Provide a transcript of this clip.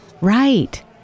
right